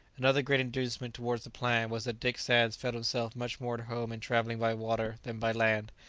another great inducement towards the plan was that dick sands felt himself much more at home in travelling by water than by land,